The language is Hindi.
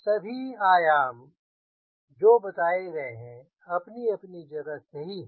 सभी आयाम जो बताए गए हैं अपनी अपनी जगह सही है